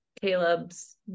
caleb's